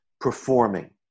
performing